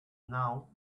now